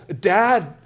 Dad